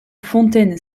fontaine